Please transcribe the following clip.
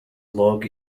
log